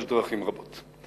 יש דרכים רבות.